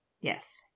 yes